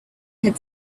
had